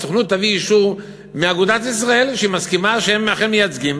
כלומר שהסוכנות תביא אישור מאגודת ישראל שהיא מסכימה שהם אכן מייצגים.